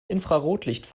infrarotlicht